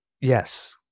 yes